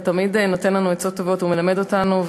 אתה תמיד נותן לנו עצות טובות ומלמד אותנו,